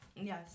Yes